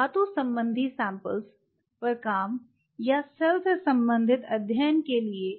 धातु संबंधी सैम्पल्स पर काम या सेल से संबंधित अध्ययन के लिए